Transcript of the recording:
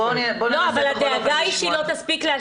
אבל הדאגה היא שהיא לא תספיק להשיב.